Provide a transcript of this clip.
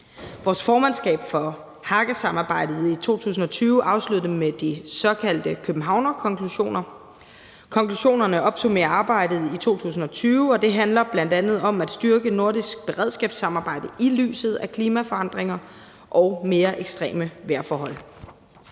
Vores formandskab for Haga-samarbejdet i 2020 afslørede det med de såkaldte københavnerkonklusioner. Konklusionerne opsummerer arbejdet i 2020, og det handler bl.a. om at styrke nordisk beredskabssamarbejde i lyset af klimaforandringer og mere ekstreme vejrforhold.